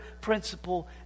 principle